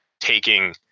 taking